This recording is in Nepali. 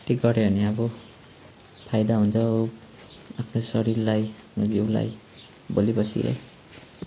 टी कट्यो भने अब फाइदा हुन्छ आफ्नो शरीरलाई जिउलाई भोलि पर्सि है